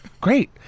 Great